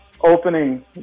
opening